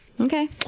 Okay